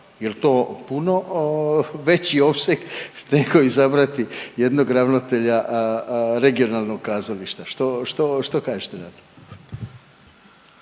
jel to puno veći opseg nego izabrati jednog ravnatelja regionalnog kazališta. Što, što kažete na to?